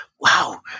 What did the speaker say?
Wow